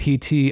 PT